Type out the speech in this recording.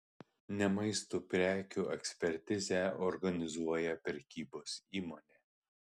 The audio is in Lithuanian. ne maisto prekių ekspertizę organizuoja prekybos įmonė